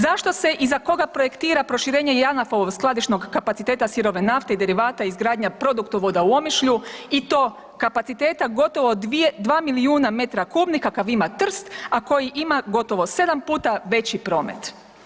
Zašto se i za koga projektira proširenja Janafovog skladišnog kapaciteta sirove nafte i derivata i izgradnja produktovoda u Omišlju i to kapaciteta gotovo 2 milijuna metra kubni kakav ima Trst, a koji ima gotovo sedam puta veći promet?